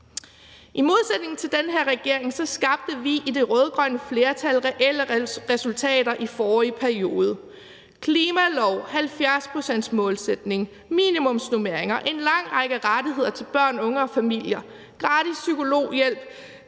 I modsætning til den her regering skabte vi i det rød-grønne flertal reelle resultater i forrige periode. Klimaloven, 70-procentsmålsætning, minimumsnormeringer, en lang række rettigheder til børn, unge og familier, gratis psykologhjælp